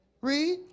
Read